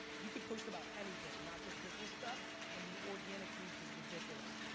you could post about anything, not just business stuff and the organic reach is ridiculous.